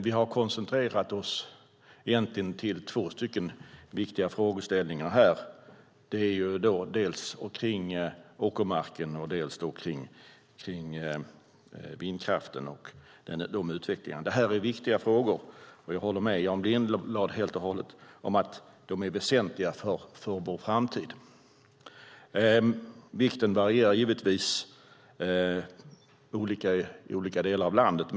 Vi har egentligen koncentrerat oss på två viktiga frågeställningar, dels kring åkermarken, dels kring vindkraften. Det är viktiga frågor. Jag håller med Jan Lindholm helt och hållet om att de är väsentliga för vår framtid. Vikten varierar givetvis i olika delar av landet.